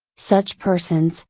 such persons,